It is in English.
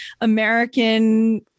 American